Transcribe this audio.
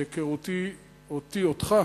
בהיכרותי אותך,